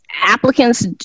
applicants